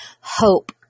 hope